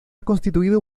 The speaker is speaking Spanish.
constituido